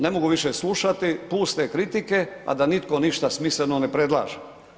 Ne mogu više slušati puste kritike a da nitko ništa smisleno ne predlaže.